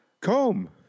Comb